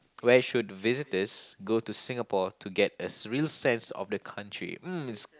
where should visitors go to Singapore to get a real sense of the country mm